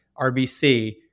rbc